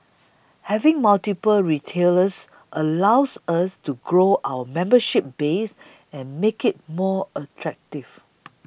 having multiple retailers allows us to grow our membership base and make it more attractive